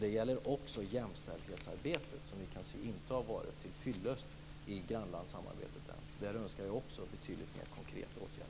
Det gäller också jämställdhetsarbetet, som ännu inte har varit till fyllest i grannlandssamarbetet. Där önskar jag också betydligt mer konkreta åtgärder.